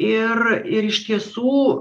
ir ir iš tiesų